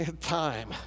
time